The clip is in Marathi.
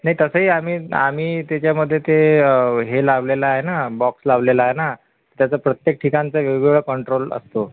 नाही तसंही आम्ही आम्ही मी त्याच्यामध्ये ते हे लावलेलं आहे ना बॉक्स लावलेला आहे ना त्याचा प्रत्येक ठिकाणचा वेगवेगळा कंट्रोल असतो